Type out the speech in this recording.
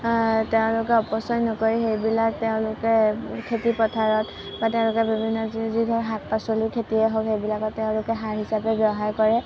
তেওঁলোকে অপচয় নকৰি সেইবিলাক তেওঁলোকে খেতি পথাৰত বা তেওঁলোকে বিভিন্ন যি যি ধৰ শাক পাচলি খেতিয়ে হওক সেইবিলাকত তেওঁলোকে সাৰ হিচাপে ব্যৱহাৰ কৰে